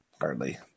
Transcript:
hardly